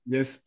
Yes